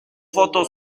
foto